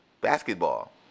basketball